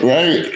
Right